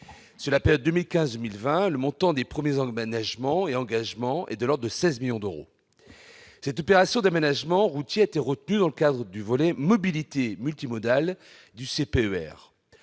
Sur la période 2015-2020, le montant des premiers aménagements et engagements est de l'ordre de 16 millions d'euros. Cette opération d'aménagement routier a été retenue dans le cadre du volet mobilité multimodale du